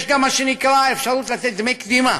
יש גם מה שנקרא אפשרות לתת דמי קדימה,